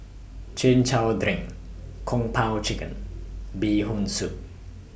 Chin Chow Drink Kung Po Chicken Bee Hoon Soup